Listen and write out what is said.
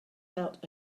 out